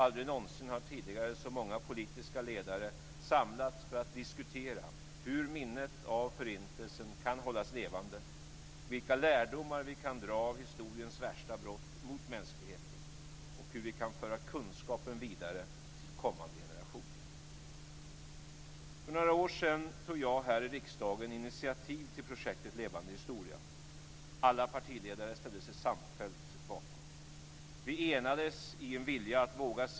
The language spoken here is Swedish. Aldrig någonsin har tidigare så många politiska ledare samlats för att diskutera hur minnet av Förintelsen kan hållas levande, vilka lärdomar vi kan dra av historiens värsta brott mot mänskligheten och hur vi kan föra kunskapen vidare till kommande generationer. För några år sedan tog jag här i riksdagen initiativ till projektet Levande historia. Alla partiledare ställde sig samfällt bakom det.